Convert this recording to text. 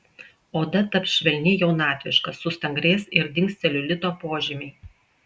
oda taps švelni jaunatviška sustangrės ir dings celiulito požymiai